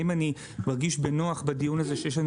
האם אני מרגיש בנוח בדיון הזה שיש לנו